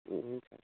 हुन्छ